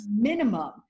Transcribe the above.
minimum